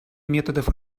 методов